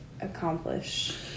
accomplish